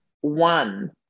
one